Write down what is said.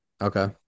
Okay